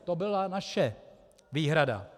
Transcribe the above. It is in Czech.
To byla naše výhrada.